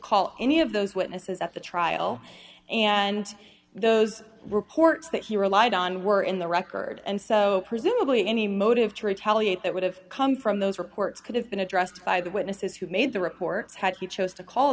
call any of those witnesses at the trial and those reports that he relied on and were in the record and so presumably any motive to retaliate that would have come from those reports could have been addressed by the witnesses who made the reports had he chose to call